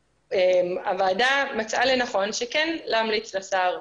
הוועדה מצאה לנכון שכן להמליץ לשר,